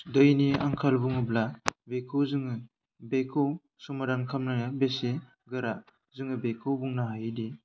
दैनि आंखाल बुङोब्ला बेखौ जोङो बेखौ समादान खालामनाया बेसे गोरा जोङो बेखौ बुंनो हायोदि